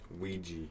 Ouija